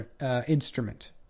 instrument